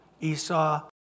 Esau